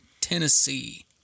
Tennessee